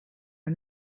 are